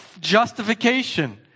justification